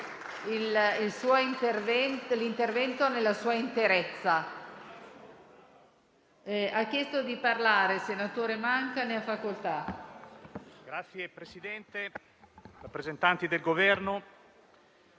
Signor Presidente, rappresentanti del Governo,